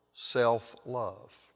Self-love